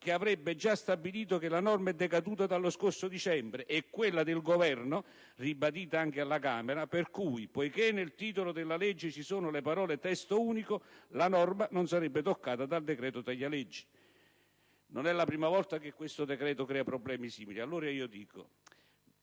che avrebbe già stabilito che la norma è decaduta dallo scorso dicembre; e quella del Governo, ribadita anche alla Camera, per cui, poiché nel titolo della legge ci sono le parole «Testo unico», la norma non sarebbe toccata dal decreto taglia leggi. Non è la prima volta che questo decreto crea problemi simili. C'è dunque